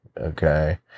okay